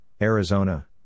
Arizona